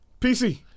PC